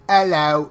Hello